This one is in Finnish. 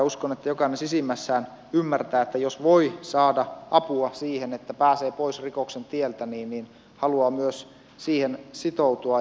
uskon että jokainen sisimmässään ymmärtää että jos voi saada apua siihen että pääsee pois rikoksen tieltä niin haluaa myös siihen sitoutua